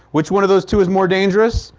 which one of those two is more dangerous?